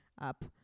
up